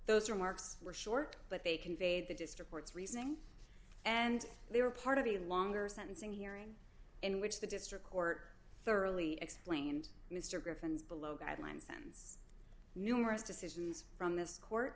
those remarks were short but they conveyed the gist report's reasoning and they were part of the longer sentencing hearing in which the district court thoroughly explained mr griffin's below guideline sentence numerous decisions from this court